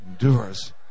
endures